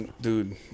Dude